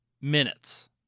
minutes